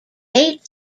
eight